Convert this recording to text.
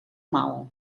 mal